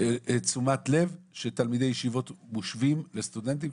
תשומת לב שתלמידי ישיבות מושווים לסטודנטים.